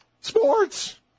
Sports